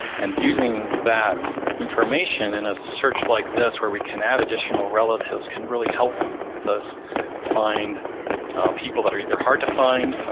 and using that information in a search like this where we can add additional relatives can really help us find people that are either hard to find,